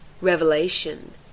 Revelation